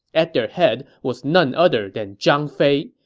at their head was none other than zhang fei.